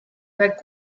that